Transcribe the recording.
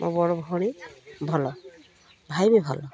ମୋ ବଡ଼ ଭଉଣୀ ଭଲ ଭାଇ ବି ଭଲ